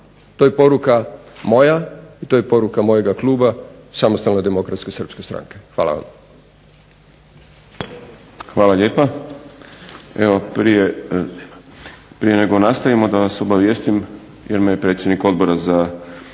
To je poruka moja i to je poruka mojega kluba SDSS-a. Hvala vam. **Šprem, Boris (SDP)** Hvala lijepa. Evo prije nego nastavimo da vas obavijestim jer me je predsjednik Odbora za